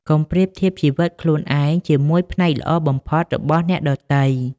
កុំប្រៀបធៀបជីវិតខ្លួនឯងជាមួយ ផ្នែកល្អបំផុតរបស់អ្នកដទៃ។